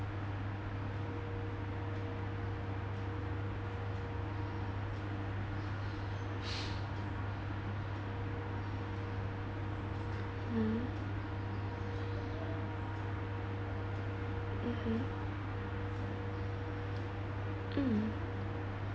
mm mmhmm mm